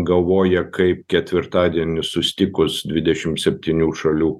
galvoja kaip ketvirtadienį susitikus dvidešim septynių šalių